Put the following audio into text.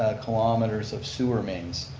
kilometers of sewer mains.